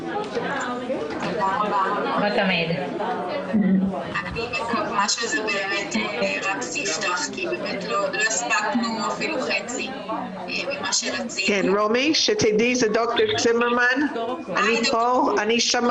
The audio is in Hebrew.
בשעה 11:12.